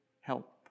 help